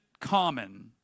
common